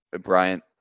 Bryant